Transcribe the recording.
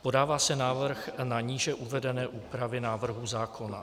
Podává se návrh na níže uvedené úpravy návrhu zákona.